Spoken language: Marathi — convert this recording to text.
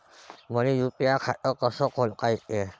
मले यू.पी.आय खातं कस खोलता येते?